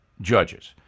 judges